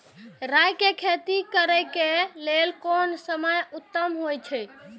राय के खेती करे के लेल कोन समय उत्तम हुए छला?